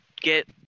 get